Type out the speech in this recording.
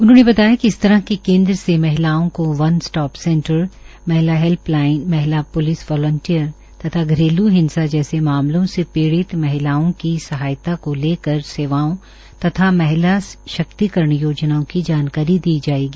उन्होंने बताया कि इस तरह के केन्द्र से महिलाओं को वन स्टॉप सेंटर महिला हेल्प लाईन महिला प्लिस वालंटियर तथा घरेलू हिंसा जैसे मामलों से पीडि़त महिलाओं की सहायता को लेकर सेवाओं तथा महिला शक्तिकरण योजनाओं की जानकारी दी जाएगी